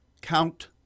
count